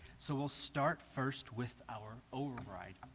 so we'll start first with our override,